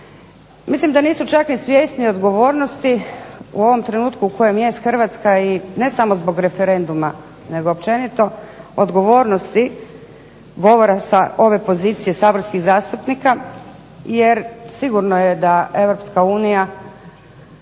Mislim da nisu čak ni svjesni odgovornosti u ovom trenutku u kojem jest Hrvatska i ne samo zbog referenduma nego općenito odgovornosti govora za ove pozicije saborskih zastupnika jer sigurno je da Europska unija